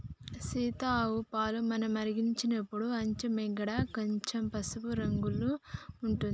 సీత ఆవు పాలు మనం మరిగించినపుడు అచ్చే మీగడ కొంచెం పసుపు రంగుల ఉంటది